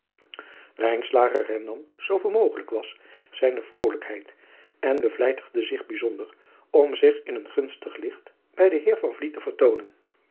hernam nu zooveel mogelijk zijne vrolijkheid en bevlijtigde zich bijzonder om zich in een gunstig licht bij den eer te vertoonen